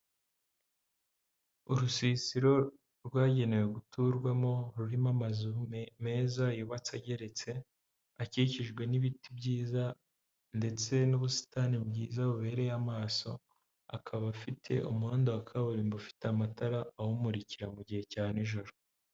Urusisiro rwagenewe guturwamo, rurimo amazu meza yubatse ageretse akikijwe n'ibiti byiza ndetse n'ubusitani bwiza bubereye amaso, akaba afite umuhanda wa kaburimbo, ufite amatara awumurikira mu gihe cya nijoro.